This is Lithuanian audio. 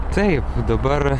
taip dabar